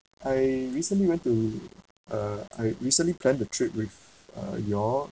I recently went to uh I recently plan a trip with uh you all